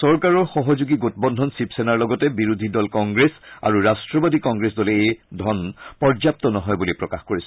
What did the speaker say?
চৰকাৰৰ সহযোগী গোটবন্ধন শিৱসেনাৰ লগতে বিৰোধী দল কংগ্ৰেছ আৰু ৰাট্টবাদী কংগ্ৰেছ দলে এই ধন পৰ্যাপু নহয় বুলি প্ৰকাশ কৰিছে